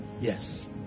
yes